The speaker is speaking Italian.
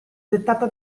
dettata